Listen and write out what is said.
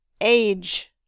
Age